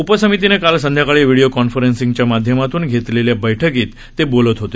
उपसमितीनं काल संध्याकाळी व्हीडीओ कॉन्फरन्सिंगच्या माध्यमातून घेतलेल्या बैठकीत ते बोलत होते